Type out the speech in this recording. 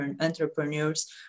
entrepreneurs